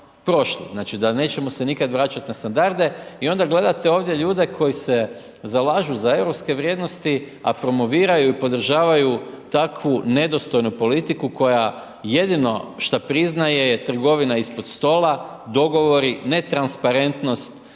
znači da nećemo se nikad vraćat na standarde. I onda gledate ovdje ljude koji se zalažu za europske vrijednosti, a promoviraju i podržavaju takvu nedostojnu politiku koja jedino šta priznaje je trgovina ispod stola, dogovori, netransparentnost,